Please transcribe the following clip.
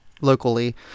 locally